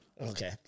Okay